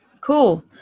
Cool